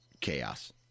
chaos